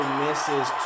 misses